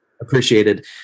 appreciated